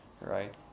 right